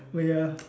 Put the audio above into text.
oh ya